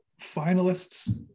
finalists